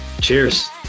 Cheers